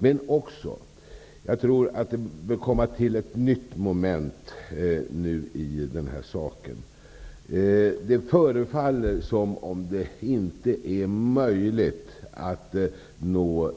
Men jag tror att det nu också bör komma till ett nytt moment i den här saken. Det förefaller som att det inte är möjligt att nå